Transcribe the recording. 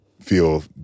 feel